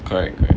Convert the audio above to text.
correct correct